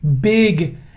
big